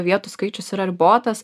vietų skaičius yra ribotas